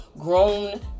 grown